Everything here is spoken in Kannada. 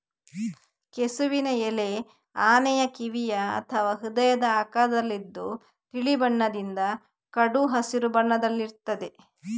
ಕೆಸುವಿನ ಎಲೆ ಆನೆಯ ಕಿವಿಯ ಅಥವಾ ಹೃದಯದ ಆಕಾರದಲ್ಲಿದ್ದು ತಿಳಿ ಬಣ್ಣದಿಂದ ಕಡು ಹಸಿರು ಬಣ್ಣದಲ್ಲಿರ್ತದೆ